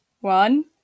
One